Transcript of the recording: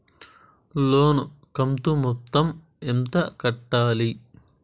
లోను కంతు మొత్తం ఎంత కట్టాలి?